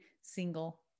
single